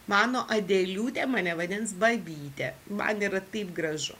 mano adeliūtė mane vadins babyte man yra taip gražu